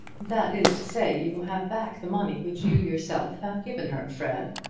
that is to say, you will have back the money which you yourself have given her, fred.